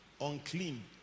unclean